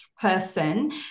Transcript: person